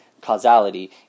causality